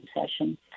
session